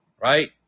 right